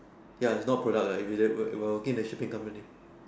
ya is not product lah if it's we're we're work in a shipping company